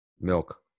Milk